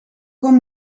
kom